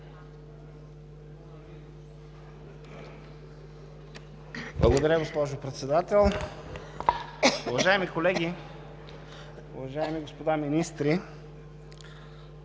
Благодаря, госпожо Председател. Уважаеми колеги, уважаеми господа министри!